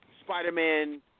Spider-Man